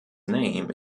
name